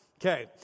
Okay